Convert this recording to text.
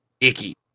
icky